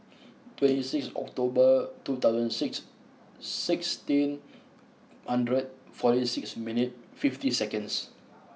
twenty six October two thousand and six sixteen hundred forty six minute fifty seconds